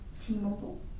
T-Mobile